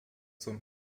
zum